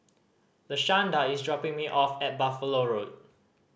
Lashanda is dropping me off at Buffalo Road